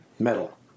metal